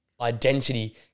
Identity